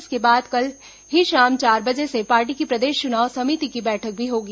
इसके बाद कल ही शाम चार बजे से पार्टी की प्रदेश चुनाव समिति की बैठक भी होगी